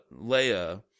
Leia